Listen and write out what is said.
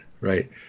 right